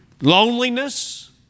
loneliness